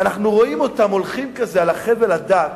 ואנחנו רואים אותם הולכים על החבל הדק,